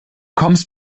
kommst